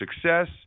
success